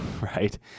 right